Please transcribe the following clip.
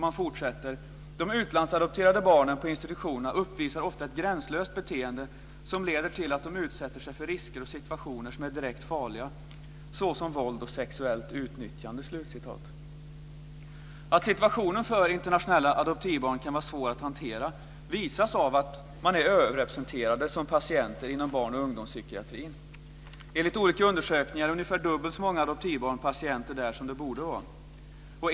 Man fortsätter: "De utlandsadopterade barnen på institutionerna uppvisar ofta ett gränslöst beteende som leder till att de utsätter sig för risker och situationer som är direkt farliga, såsom våld och sexuellt utnyttjande." Att situationen för internationella adoptivbarn kan vara svår att hantera visas av att de är överrepresenterade som patienter inom barn och ungdomspsykiatrin. Enligt olika undersökningar är ungefär dubbelt så många adoptivbarn patienter där som det borde vara.